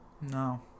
No